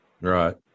Right